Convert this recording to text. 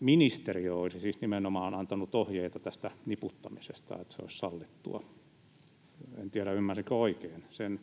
ministeriö olisi siis nimenomaan antanut ohjeita tästä niputtamisesta, että se olisi sallittua. En tiedä, ymmärsikö oikein sen.